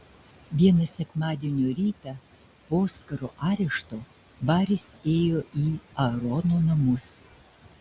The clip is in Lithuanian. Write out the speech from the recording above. vieną sekmadienio rytą po oskaro arešto baris ėjo į aarono namus